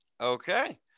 okay